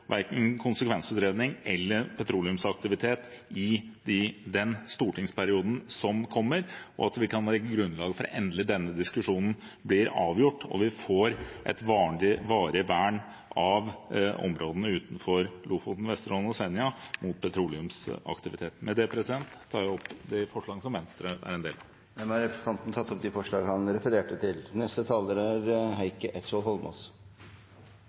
verken konsekvensutredning eller petroleumsaktivitet i den stortingsperioden som kommer, at vi kan legge grunnlag for at denne diskusjonen endelig blir avgjort, og at vi får et varig vern av områdene utenfor Lofoten, Vesterålen og Senja mot petroleumsaktivitet. Hvis man har et hjerte, skjønner man at det å bore midt i den største gjenlevende torskestammens fødestue er uaktuelt for folk og fisk. Hvis man har et hjerte, skjønner man at det å risikere oljesøl midt i myriader av